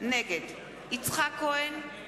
נגד יצחק כהן,